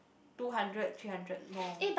two hundred three hundred more